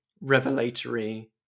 revelatory